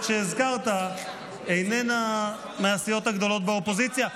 שהזכרת איננה מהסיעות הגדולות באופוזיציה,